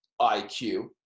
IQ